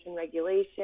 regulation